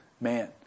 man